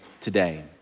today